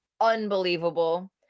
unbelievable